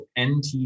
NT